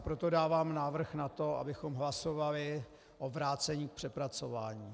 Proto dávám návrh, abychom hlasovali o vrácení k přepracování.